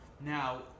Now